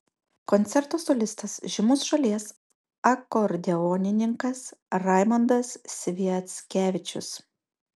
koncerto solistas žymus šalies akordeonininkas raimondas sviackevičius